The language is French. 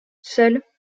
seuls